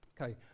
Okay